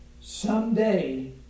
Someday